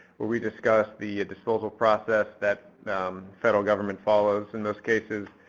where we discuss the disposal process that federal government follows in most cases.